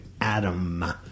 Adam